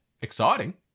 exciting